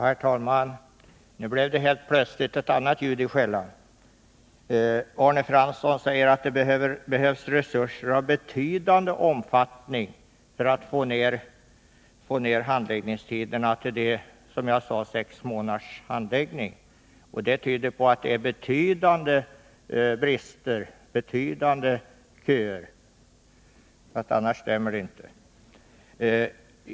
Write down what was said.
Herr talman! Nu blev det helt plötsligt ett annat ljud i skällan. Arne Fransson säger att det behövs resurser av betydande omfattning för att få ned handläggningstiderna till sex månader, som jag har talat om. Det tyder på att det är betydande brister och betydande köer. Annars stämmer det inte.